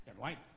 right